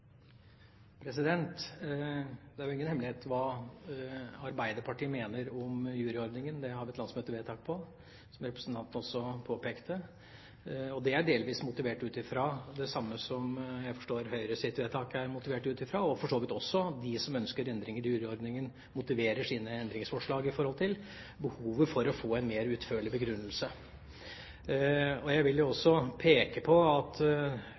Det er ingen hemmelighet hva Arbeiderpartiet mener om juryordningen. Det har vi et landsmøtevedtak på, som representanten Skogrand også påpekte. Det er delvis motivert ut fra det samme som jeg forstår Høyres vedtak er motivert ut fra, og som for så vidt også de som ønsker endringer i juryordningen, motiverer sine endringsforslag ut fra: behovet for å få en mer utførlig begrunnelse. Jeg vil også peke på at